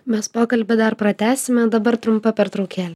mes pokalbį dar pratęsime dabar trumpa pertraukėlė